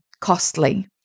costly